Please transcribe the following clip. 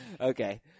Okay